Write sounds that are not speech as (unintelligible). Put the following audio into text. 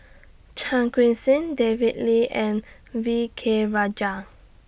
Chan (unintelligible) Seng David Lee and V K Rajah